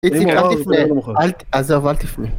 אל ת... עזוב, אל תפנה.